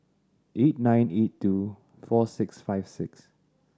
eight nine eight two four six five six